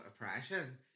oppression